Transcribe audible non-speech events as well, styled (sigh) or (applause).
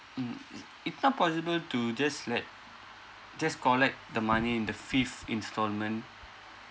mm (noise) it's not possible to just like just collect the money in the fifth installment